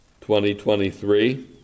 2023